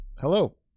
hello